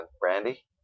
brandy